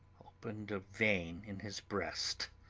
opened a vein in his breast.